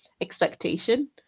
expectation